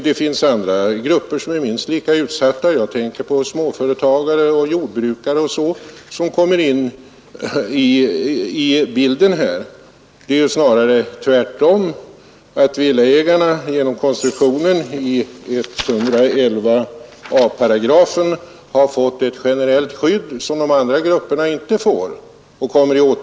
Det finns andra grupper som är minst lika utsatta. Jag tänker på småföretagare, jordbrukare och andra, som här kommer in i bilden. Det är snarare så att villaägarna genom konstruktionen av 111 a 8 fått ett generellt skydd som de andra grupperna inte får.